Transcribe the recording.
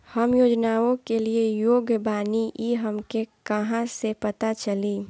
हम योजनाओ के लिए योग्य बानी ई हमके कहाँसे पता चली?